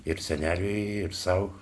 ir seneliui ir sau